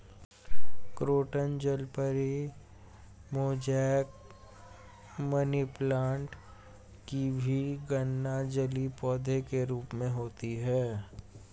croton जलपरी, mosaic, money plant की भी गणना जलीय पौधे के रूप में होती है